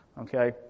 okay